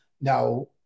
now